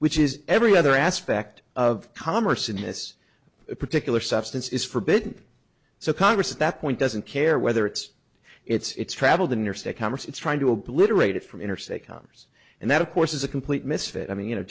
which is every other aspect of commerce in this particular substance is forbidden so congress at that point doesn't care whether it's it's traveled interstate commerce it's trying to obliterate it from interstate commerce and that of course is a complete misfit i mean you know